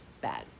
bad